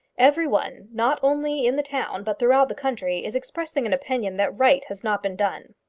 every one, not only in the town but throughout the country, is expressing an opinion that right has not been done.